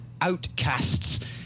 Outcasts